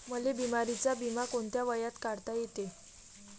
मले बिमारीचा बिमा कोंत्या वयात काढता येते?